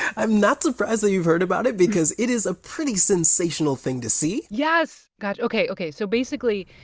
i'm not surprised you've heard about it because it is a pretty sensational thing to see yes. gotcha. ok. ok. so basically,